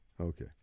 Okay